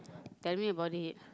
tell me about it